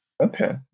Okay